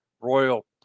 Royal